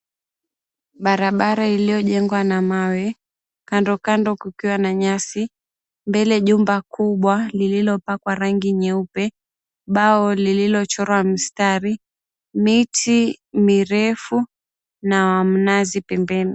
Barabara iliyojengwa na mawe. Kando kando kukiwa na nyasi. Mbele jumba kubwa lililopakwa rangi nyeupe. Bao lililochorwa mstari, miti mirefu na mnazi pembeni.